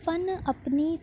فن اپنی